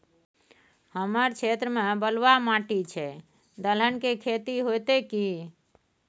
हमर क्षेत्र में बलुआ माटी छै, दलहन के खेती होतै कि?